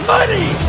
Money